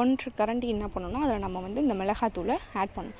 ஒன்றை கரண்டி என்ன பண்ணுன்னா அதில் நம்ம வந்து இந்த மிளகாத்தூளை ஆட் பண்ணும்